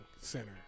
Center